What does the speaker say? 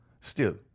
Still